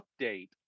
update